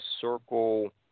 circle